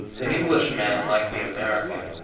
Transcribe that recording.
the englishman, like the american,